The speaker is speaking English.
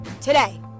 today